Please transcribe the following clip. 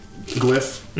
Glyph